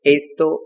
esto